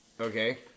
Okay